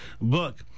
book